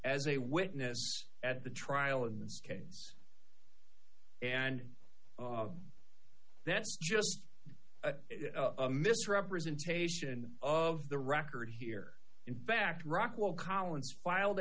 as a witness at the trial in this case and that's just a misrepresentation of the record here in fact rockwell collins filed